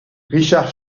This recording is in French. richard